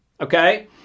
okay